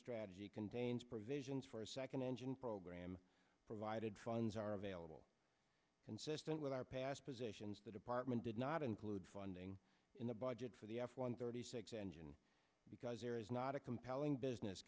strategy contains provisions for a second engine program provided funds are available consistent with our past positions the department did not include funding in the budget for the f one thirty six engine because there is not a compelling business